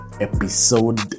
episode